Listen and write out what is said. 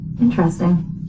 Interesting